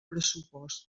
pressupost